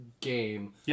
game